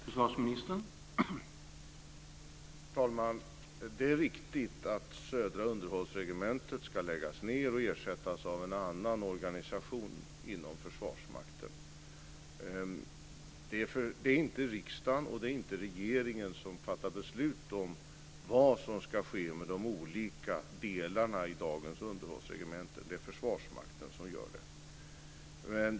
Herr talman! Det är riktigt att Södra underhållsregementet ska läggas ned och ersättas av en annan organisation inom försvarsmakten. Det är inte riksdagen eller regeringen som fattar beslut om vad som ska ske med de olika delarna i dagens underhållsregementen. Det är försvarsmakten som gör det.